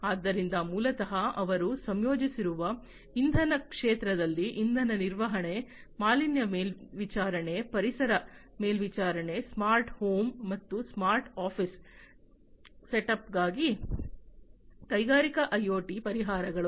ಆದ್ದರಿಂದ ಮೂಲತಃ ಅವರು ಸಂಯೋಜಿಸಿರುವ ಇಂಧನ ಕ್ಷೇತ್ರದಲ್ಲಿ ಇಂಧನ ನಿರ್ವಹಣೆ ಮಾಲಿನ್ಯ ಮೇಲ್ವಿಚಾರಣೆ ಪರಿಸರ ಮೇಲ್ವಿಚಾರಣೆ ಸ್ಮಾರ್ಟ್ ಹೋಮ್ ಮತ್ತು ಸ್ಮಾರ್ಟ್ ಆಫೀಸ್ ಸೆಟಪ್ಗಾಗಿ ಕೈಗಾರಿಕಾ ಐಒಟಿ ಪರಿಹಾರಗಳು